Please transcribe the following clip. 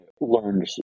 learned